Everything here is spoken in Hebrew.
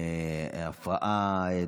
הפרעה,